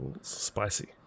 spicy